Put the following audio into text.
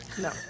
No